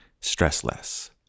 stressless